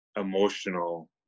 emotional